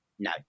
No